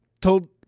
told